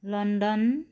London